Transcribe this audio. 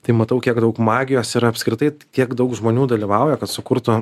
tai matau kiek daug magijos ir apskritai kiek daug žmonių dalyvauja kad sukurtų